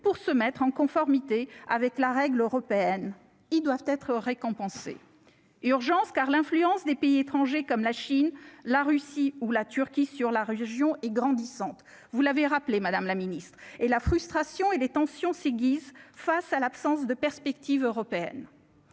pour se mettre en conformité avec la règle européenne ils doivent être récompensés urgence car l'influence des pays étrangers, comme la Chine, la Russie ou la Turquie sur la religion est grandissante, vous l'avez rappelé : Madame la Ministre, et la frustration et les tensions s'c'est guise face à l'absence de perspective européenne.